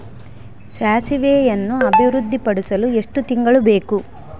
ಸಾಸಿವೆಯನ್ನು ಅಭಿವೃದ್ಧಿಪಡಿಸಲು ಎಷ್ಟು ತಿಂಗಳು ಬೇಕು?